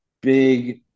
big